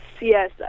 yes